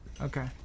Okay